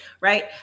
Right